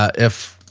ah if